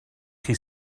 chi